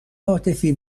عاطفی